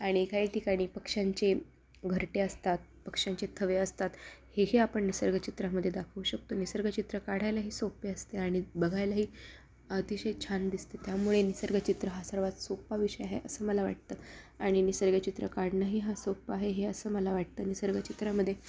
आणि काही ठिकाणी पक्षांचे घरटे असतात पक्षांचे थवे असतात हेही आपण निसर्ग चित्रामध्ये दाखवू शकतो निसर्ग चित्र काढायलाही सोपे असते आणि बघायलाही अतिशय छान दिसते त्यामुळे निसर्ग चित्र हा सर्वात सोप्पा विषय आहे असं मला वाटतं आणि निसर्ग चित्र काढणंही हा सोपा आहे हे असं मला वाटतं निसर्ग चित्रामध्ये